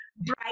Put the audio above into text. bright